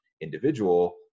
individual